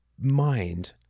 mind